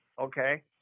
Okay